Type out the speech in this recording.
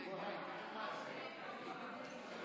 שירות ביטחון (תיקון מס' 24),